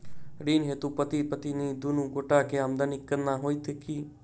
ऋण हेतु पति पत्नी दुनू गोटा केँ आमदनीक गणना होइत की?